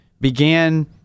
began